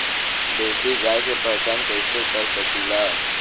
देशी गाय के पहचान कइसे कर सकीला?